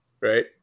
right